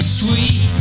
sweet